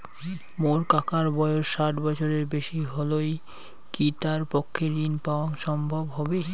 মোর কাকার বয়স ষাট বছরের বেশি হলই কি তার পক্ষে ঋণ পাওয়াং সম্ভব হবি?